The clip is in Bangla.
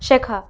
শেখা